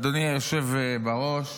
אדוני היושב-ראש,